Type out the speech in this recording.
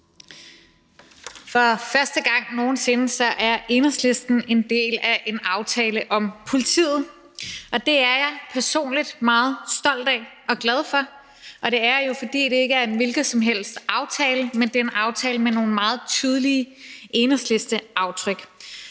For første gang nogen sinde er Enhedslisten en del af en aftale om politiet, og det er jeg personligt meget stolt af og glad for, og det er jeg jo, fordi det ikke er en hvilken som helst aftale, men det er en aftale med nogle meget tydelige Enhedslisteaftryk.